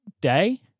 day